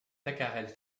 tacarel